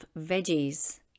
veggies